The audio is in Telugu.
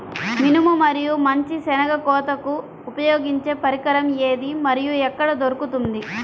మినుము మరియు మంచి శెనగ కోతకు ఉపయోగించే పరికరం ఏది మరియు ఎక్కడ దొరుకుతుంది?